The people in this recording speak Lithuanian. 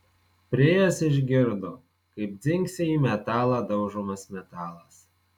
priėjęs išgirdo kaip dzingsi į metalą daužomas metalas